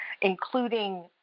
including